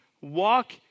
walk